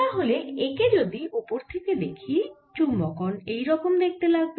তাহলে একে যদি ওপর থেকে দেখি চুম্বকন এই রকম দেখতে লাগবে